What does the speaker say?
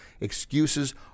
excuses